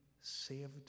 saved